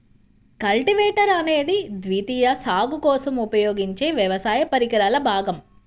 cultivator అనేది ద్వితీయ సాగు కోసం ఉపయోగించే వ్యవసాయ పరికరాల భాగం